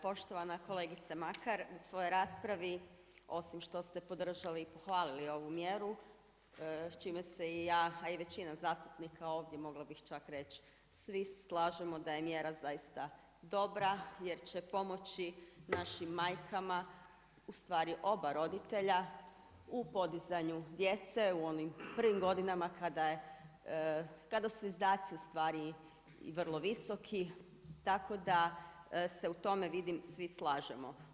Poštovana kolegice Makar, u svojoj raspravi osim što ste podržali i pohvalili ovu mjeru, čime se i ja a i većina zastupnika ovdje mogla bih čak reći, svi se slažemo da je mjera zaista dobra, jer će pomoći našim majkama ustvari oba roditelja u podizanju djece u onim prvim godinama kada su izdaci ustvari vrlo visoki tako da se u tome vidim, svi slažemo.